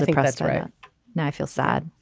think but so right now i feel sad.